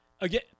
again